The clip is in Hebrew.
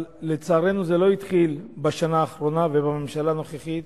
אבל לצערנו זה לא התחיל בשנה האחרונה ובממשלה הנוכחית.